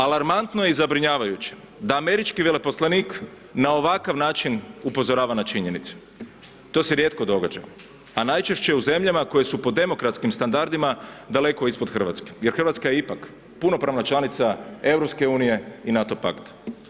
Alarmantno je i zabrinjavajuće da američki veleposlanik na ovakav način upozorava na činjenice, to se rijetko događa, a najčešće u zemljama koje su po demokratskim standardima daleko ispod Hrvatske, jer Hrvatska je ipak punopravna članica EU i NATO pakta.